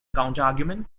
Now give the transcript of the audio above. counterargument